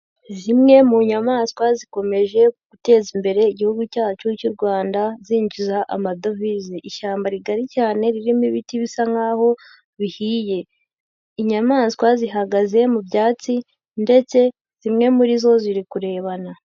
Zimwe mu nyamaswa zikomeje guteza imbere igihugu cyacu cy'u Rwanda zinjiza amadovize. Ishyamba rigari cyane ririmo ibiti bisa nkaho bihiye. Inyamaswa zihagaze mu byatsi ndetse zimwe muri zo ziri kurebana.